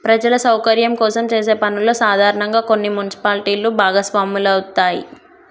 ప్రజల సౌకర్యం కోసం చేసే పనుల్లో సాధారనంగా కొన్ని మున్సిపాలిటీలు భాగస్వాములవుతాయి